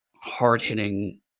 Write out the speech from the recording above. hard-hitting